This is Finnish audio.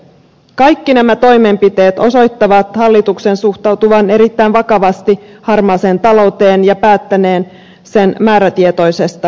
kaikki nämä toimenpiteet osoittavat hallituksen suhtautuvan erittäin vakavasti harmaaseen talouteen ja päättäneen sen määrätietoisesta torjumisesta